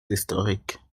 historiques